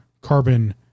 carbon